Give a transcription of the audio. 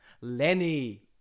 Lenny